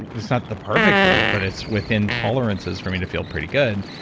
it's not the perfect food, but it's within tolerances for me to feel pretty good.